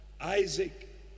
Isaac